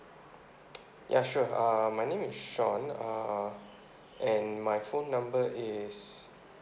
ya sure uh my name in sean uh and my phone number is